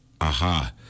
aha